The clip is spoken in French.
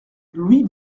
louis